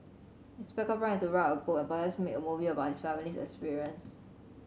his backup plan is to write a book and perhaps make a movie about his family's experience